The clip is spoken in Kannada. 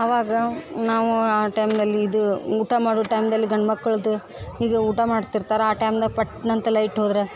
ಅವಾಗ ನಾವು ಆ ಟೈಮ್ನಲ್ಲಿ ಇದು ಊಟ ಮಾಡೋದು ಟೈಮ್ದಲ್ಲಿ ಗಂಡ ಮಕ್ಳದ್ದು ಈಗ ಊಟ ಮಾಡ್ತಿರ್ತಾರೆ ಆ ಟೈಮ್ದಾಗ ಪಟ್ನ್ ಅಂತ ಲೈಟ್ ಹೋದರೆ